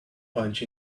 punch